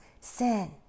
sin